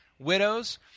widows